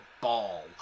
ball